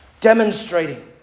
demonstrating